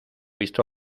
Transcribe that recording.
visto